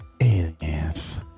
Aliens